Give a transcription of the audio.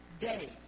day